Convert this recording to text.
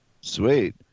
Sweet